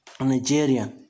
Nigeria